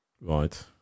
Right